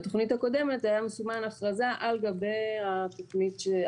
בתכנית הקודמת היה מסומן הכרזה על גבי התיירות.